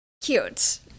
cute